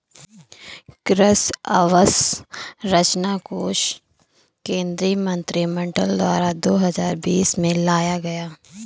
कृषि अंवसरचना कोश केंद्रीय मंत्रिमंडल द्वारा दो हजार बीस में लाया गया